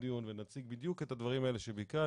דיון ונציג בדיוק את הדברים האלה שביקשת.